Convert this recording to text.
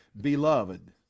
beloved